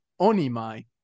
Onimai